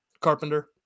Carpenter